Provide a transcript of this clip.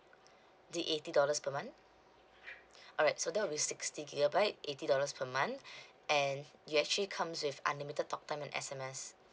the eighty dollars per month alright so that will be sixty gigabyte eighty dollars per month and you actually comes with unlimited talk time and S_M_Ss